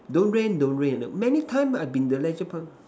don't rain don't rain many time I been the Leisure Park